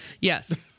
Yes